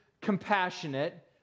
compassionate